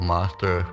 Master